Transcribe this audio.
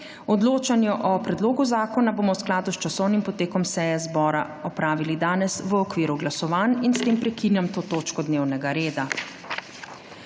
Odločanje o predlogu zakona bomo v skladu z časovnim potekom seje zbora opravili danes v okviru glasovanj. S tem prekinjam to točko dnevnega reda.